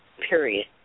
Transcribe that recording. Period